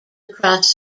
across